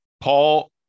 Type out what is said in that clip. Paul